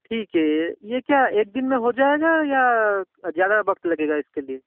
ठीक है ये क्या एक दिन में हो जाएगा या ज़्यादा वक्त लगेगा इसके लिए